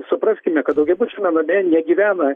supraskime kad daugiabučiame name negyvena